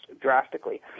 drastically